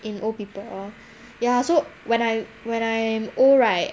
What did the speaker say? in old people ya so when I when I'm old right